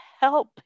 help